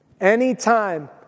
Anytime